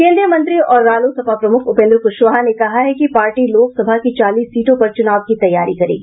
केन्द्रीय मंत्री और रालोसपा प्रमुख उपेन्द्र क्शवाहा ने कहा है कि पार्टी लोकसभा की चालीस सीटों पर चुनाव की तैयारी करेगी